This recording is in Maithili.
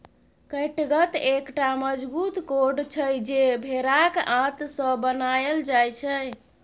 कैटगत एकटा मजगूत कोर्ड छै जे भेराक आंत सँ बनाएल जाइ छै